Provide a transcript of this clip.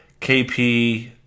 KP